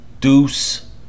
Deuce